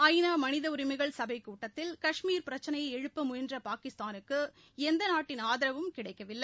ஜ நா மனித உரிமைகள் சபப கூட்டத்தில் கஷ்மீர் பிரச்சினையை எழுப்ப முயன்ற பாகிஸ்தானுக்கு எந்த நாட்டின் ஆதரவும் கிடைக்கவில்லை